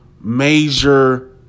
major